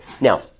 Now